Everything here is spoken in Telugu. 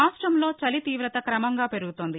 రాష్ట్రంలో చలి తీవత కమంగా పెరుగుతుంది